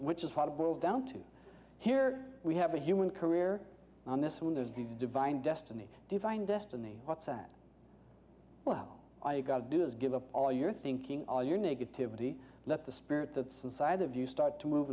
which is what it boils down to here we have a human career on this one there's the divine destiny defined destiny what's that oh i got to do is give up all your thinking all your negativity let the spirit that's inside of you start to move